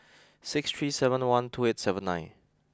six three seven one two eight seven nine